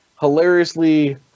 hilariously